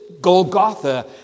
Golgotha